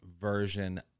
version